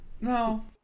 No